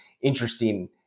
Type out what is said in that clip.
interesting